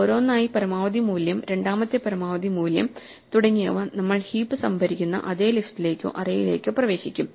ഓരോന്നായി പരമാവധി മൂല്യം രണ്ടാമത്തെ പരമാവധി മൂല്യം തുടങ്ങിയവ നമ്മൾ ഹീപ്പ് സംഭരിക്കുന്ന അതേ ലിസ്റ്റിലേക്കോ അറേയിലേക്കോ പ്രവേശിക്കും